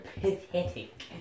Pathetic